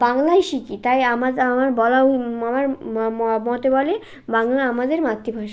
বাংলাই শিখি তাই আমার বলা আমার মতে বলে বাংলা আমাদের মাতৃভাষা